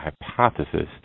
hypothesis